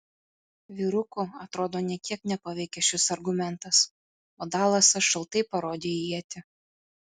vyrukų atrodo nė kiek nepaveikė šis argumentas o dalasas šaltai parodė į ietį